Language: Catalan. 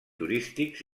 turístics